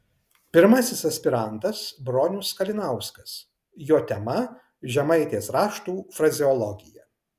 pirmasis aspirantas bronius kalinauskas jo tema žemaitės raštų frazeologija